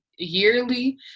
yearly